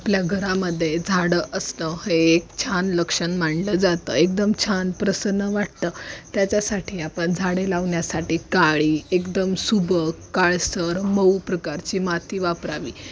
आपल्या घरामध्ये झाडं असणं हे एक छान लक्षण मानलं जातं एकदम छान प्रसन्न वाटतं त्याच्यासाठी आपण झाडे लावण्यासाठी काळी एकदम सुबक काळसर मऊ प्रकारची माती वापरावी